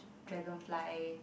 dragonfly